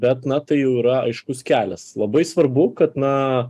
bet na tai jau yra aiškus kelias labai svarbu kad na